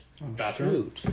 bathroom